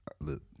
Look